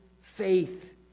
faith